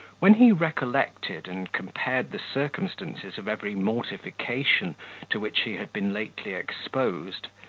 when he recollected and compared the circumstances of every mortification to which he had been lately exposed,